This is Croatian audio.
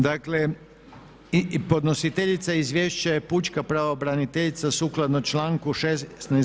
Dakle, podnositeljica izvješća je Pučka pravobraniteljica sukladno članku 16.